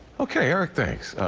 okay, eric. thanks.